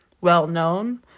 well-known